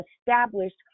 established